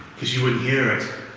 cause you wouldn't hear